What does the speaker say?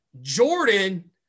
Jordan